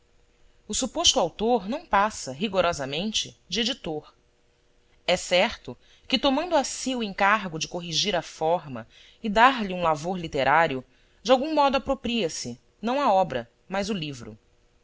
o suposto autor não passa rigorosamente de editor é certo que tomando a si o encargo de corrigir a forma e dar-lhe um lavor literário de algum modo apropria se não a obra mas o livro